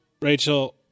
Rachel